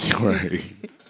Right